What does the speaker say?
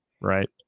right